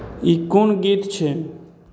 ई कोन गीत छै